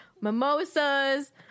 Mimosas